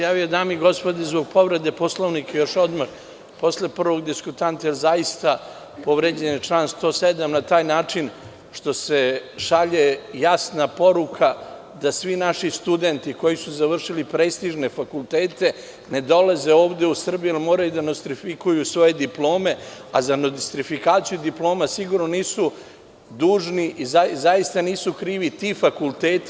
Javio sam se zbog povrede Poslovnika odmah posle prvog diskutanta jer je povređen član 107. na taj način što se šalje jasna poruka da svi naši studenti koji su završili prestižne fakultete ne dolaze ovde u Srbiju jer moraju da nostrifikuju svoje diplome, a za nostrifikaciju diploma sigurno nisu dužni i zaista nisu krivi ti fakulteti.